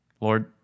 Lord